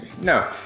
no